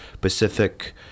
Pacific